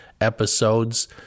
episodes